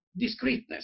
discreteness